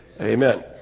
amen